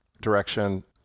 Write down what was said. direction